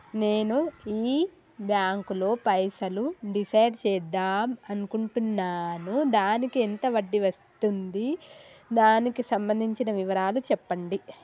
నేను ఈ బ్యాంకులో పైసలు డిసైడ్ చేద్దాం అనుకుంటున్నాను దానికి ఎంత వడ్డీ వస్తుంది దానికి సంబంధించిన వివరాలు చెప్పండి?